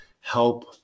help